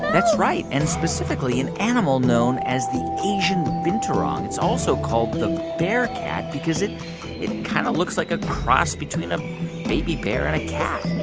that's right, and specifically, an animal known as the asian binturong. it's also called the bearcat because it it kind of looks like a cross between a baby bear and a cat